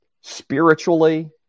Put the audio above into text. spiritually